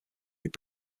they